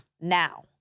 now